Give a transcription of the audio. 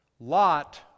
Lot